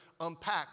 unpack